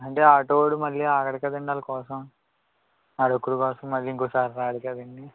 అంటే ఆటోవాడు మళ్ళీ ఆగడు కదండీ వాళ్ళకోసం వాడొక్కడి కోసం మళ్ళీ ఇంకోసారి రాడుకాదండీ